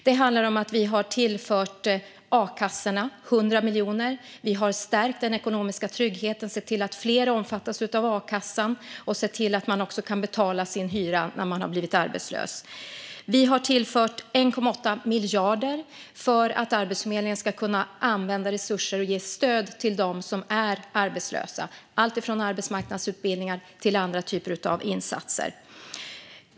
Det handlar om att vi har tillfört a-kassorna 100 miljoner kronor. Vi har stärkt den ekonomiska tryggheten, sett till att fler omfattas av a-kassan och sett till att man också kan betala sin hyra när man har blivit arbetslös. Vi har tillfört 1,8 miljarder kronor för att Arbetsförmedlingen ska kunna använda resurser och ge stöd till dem som är arbetslösa, alltifrån arbetsmarknadsutbildningar till andra typer av insatser.